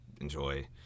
enjoy